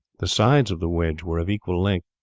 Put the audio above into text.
the sides of the wedge were of equal length,